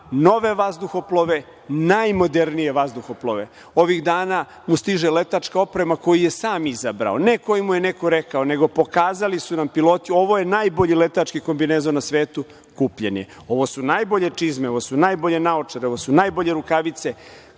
nove vazduhoplove, najmodernije vazduhoplove. Ovih dana mu stiže letačka oprema koju je sam izabrao, ne koju mu je neko rekao, nego pokazali su nam piloti - ovo je najbolji letački kombinezon na svetu, kupljen, ovo su najbolje, čizme, ovo su najbolje naočare, ovo su najbolje rukavice,